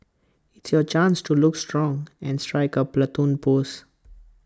it's your chance to look strong and strike A Platoon pose